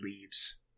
leaves